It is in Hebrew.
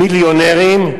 מיליונרים,